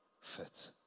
fit